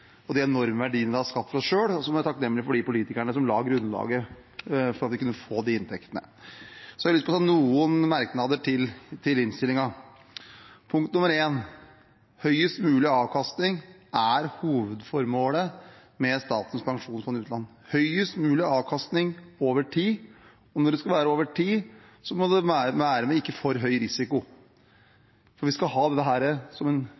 og de enorme verdiene det har skapt for oss selv, og så må vi være takknemlige for de politikerne som la grunnlaget for at vi kunne få de inntektene. Så noen merknader til innstillingen. Punkt nr. 1: Høyest mulig avkastning er hovedformålet med Statens pensjonsfond utland – høyest mulig avkastning over tid. Når det skal være over tid, må det være med ikke for høy risiko, for vi skal forhåpentligvis ha dette som en